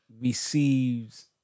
receives